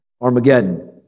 Armageddon